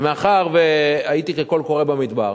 ומאחר שהייתי כקול קורא במדבר,